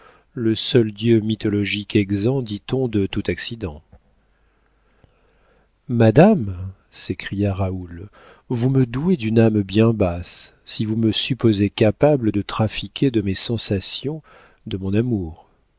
le seul dieu mythologique exempt dit-on de tout accident madame s'écria raoul vous me douez d'une âme bien basse si vous me supposez capable de trafiquer de mes sensations de mon amour